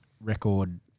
record